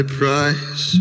price